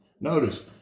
Notice